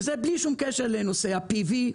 וזה בלי שום קשר לנושא ה-PV,